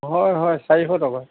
হয় হয় চাৰিশ টকা